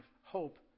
hope